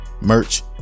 merch